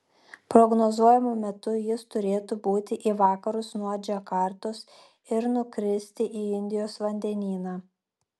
prognozuojamu metu jis turėtų būti į vakarus nuo džakartos ir nukristi į indijos vandenyną